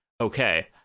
okay